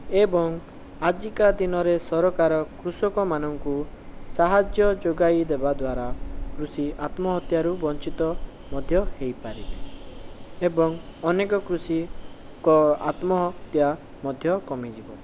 ଏବଂ ଆଜିକା ଦିନରେ ସରକାର କୃଷକମାନଙ୍କୁ ସାହାଯ୍ୟ ଯୋଗାଇ ଦେବା ଦ୍ୱାରା କୃଷି ଆତ୍ମହତ୍ୟାରୁ ବଞ୍ଚିତ ମଧ୍ୟ ହୋଇପାରିବେ ଏବଂ ଅନେକ କୃଷୀଙ୍କ ଆତ୍ମହତ୍ୟା ମଧ୍ୟ କମିଯିବ